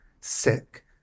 sick